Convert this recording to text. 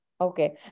Okay